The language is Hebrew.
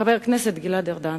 חבר הכנסת גלעד ארדן,